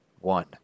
one